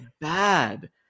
bad